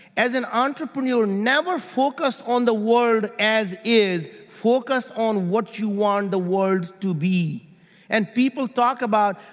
as an entrepreneur, never focus on the world as is, focus on what you want the world to be and people talk about,